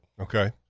okay